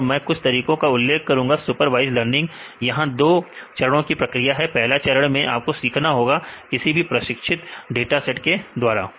और मैं कुछ तरीके का उल्लेख करूंगा सुपरवाइज्ड लर्निंग यहां दो चरणों की प्रक्रिया है पहले चरण में आपको सीखना होगा किसी प्रशिक्षित डाटा सेट के द्वारा